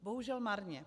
Bohužel marně.